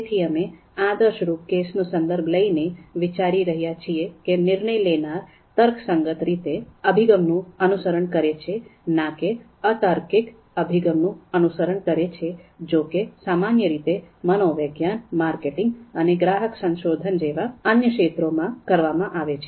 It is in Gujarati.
તેથી અમે આદર્શરૂપ કેસનો સંદર્ભ લઈને વિચારી રહ્યા છીએ કે નિર્ણય લેનાર તર્કસંગત રીતે અભિગમનું અનુસરણ કરે છે ના કે અતાર્કિક અભિગમનું અનુસરણ કરે છે જો કે સામાન્ય રીતે મનોવિજ્ઞાન માર્કેટિંગ અને ગ્રાહક સંશોધન જેવા અન્ય ક્ષેત્રોમાં કરવામાં આવે છે